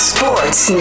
Sports